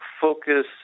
focus